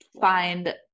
find